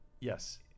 yes